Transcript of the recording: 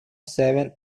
seven